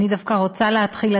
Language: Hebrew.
אני דווקא רוצה להתחיל,